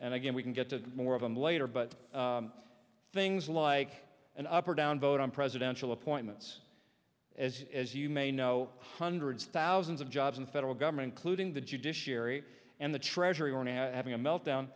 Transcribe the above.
and again we can get to more of them later but things like an up or down vote on presidential appointments as as you may know hundreds of thousands of jobs in the federal government clued in the judiciary and the treasury having a meltdown